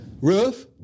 Ruth